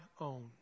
own